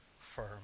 firm